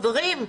חברים,